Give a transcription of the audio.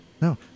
no